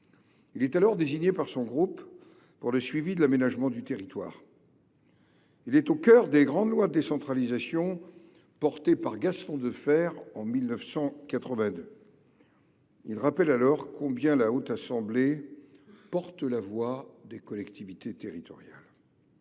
Il est alors désigné par son groupe pour le suivi de l’aménagement du territoire. Il est ainsi au cœur des grandes lois de décentralisation portées par Gaston Defferre en 1982. Il rappelle alors combien la Haute Assemblée porte la voix des collectivités territoriales.